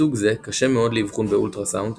סוג זה קשה מאוד לאבחון באולטרסאונד,